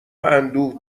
اندوه